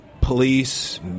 police